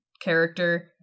character